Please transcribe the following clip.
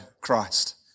Christ